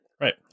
Right